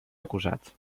acusats